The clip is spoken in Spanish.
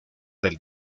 del